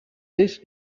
this